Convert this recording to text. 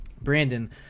Brandon